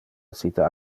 essite